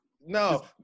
No